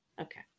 Okay